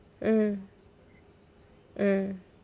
mm mm